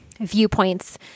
viewpoints